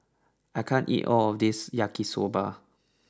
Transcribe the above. I can't eat all of this Yaki soba